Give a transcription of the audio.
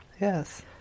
Yes